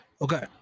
Okay